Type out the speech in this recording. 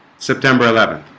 september eleventh,